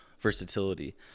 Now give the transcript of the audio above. Versatility